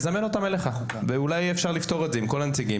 זמן אותם אליך ואולי יהיה אפשר לפתור את זה עם כל הנציגים,